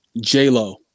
J-Lo